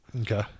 Okay